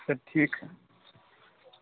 ठीक ह